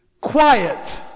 Quiet